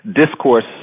discourse